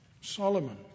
Solomon